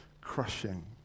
crushing